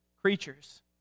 creatures